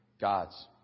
God's